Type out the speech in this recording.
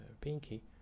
pinky